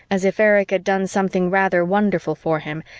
as if erich had done something rather wonderful for him,